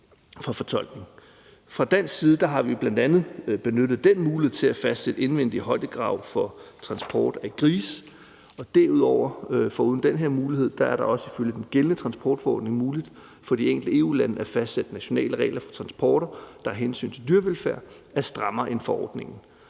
Fra dansk side har vi bl.a. benyttet den mulighed til at fastsætte krav til indvendig højde for transport af grise. Foruden den her mulighed er det også ifølge den gældende transportforordning muligt for de enkelte EU-lande at fastsætte nationale regler for transporter, der af hensyn til dyrevelfærden er strammere end forordningen.